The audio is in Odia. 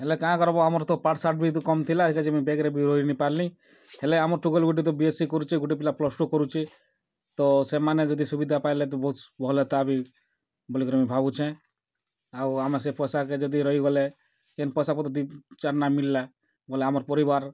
ହେଲେ କାଁ କର୍ବ ଆମର୍ ତ ପାଠ୍ସାଠ୍ ବି କମ୍ ଥିଲା ବେଙ୍କ୍ ରେ ବି ରହି ନାଇପାର୍ଲି ହେଲେ ଆମର୍ ଟୁକେଲ୍ ଗୁଟେ ତ ବି ଏସ୍ ସି କରୁଛେ ଗୁଟେ ପିଲା ପ୍ଲସ୍ ଟୁ କରୁଛେ ତ ସେମାନେ ଯଦି ସୁବିଧା ପାଏଲେ ତ ବହୁତ୍ ଭଲ୍ ହେତା ବି ବୋଲିକରି ମୁଇଁ ଭାବୁଛେଁ ଆଉ ଆମେ ସେ ପଏସା କେ ଯଦି ରହିଗଲେ ଯେନ୍ ପଏସାପତର୍ ଦୁଇ ଚାର୍ ନା ମିଲ୍ଲା ବେଲେ ଆମର୍ ପରିବାର୍